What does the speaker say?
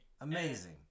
Amazing